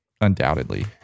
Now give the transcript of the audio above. undoubtedly